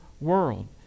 world